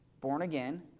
born-again